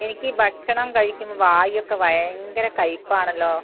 എനിക്ക് ഈ ഭക്ഷണം കഴിക്കുമ്പം വായൊക്കെ ഭയങ്കര കയ്പ്പാണല്ലോ